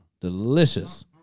delicious